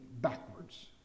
backwards